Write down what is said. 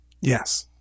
Yes